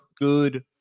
good